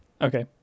Okay